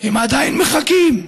הם עדיין מחכים?